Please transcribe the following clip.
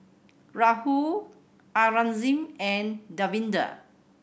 Rahul Aurangzeb and Davinder